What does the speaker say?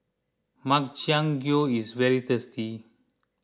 Makchang Gui is very tasty